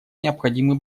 необходимы